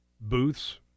booths